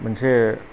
मोनसे